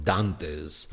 Dante's